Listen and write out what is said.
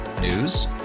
News